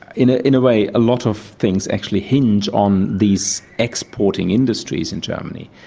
in ah in a way, a lot of things actually hinge on these exporting industries in germany,